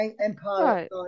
empire